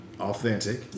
authentic